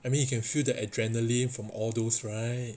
I mean you can feel the adrenaline from all those right